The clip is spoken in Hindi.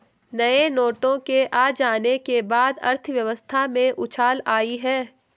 नए नोटों के आ जाने के बाद अर्थव्यवस्था में उछाल आयी है